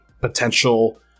potential